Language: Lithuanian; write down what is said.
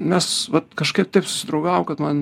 mes vat kažkaip taip susidraugavom kad man